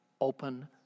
open